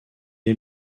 est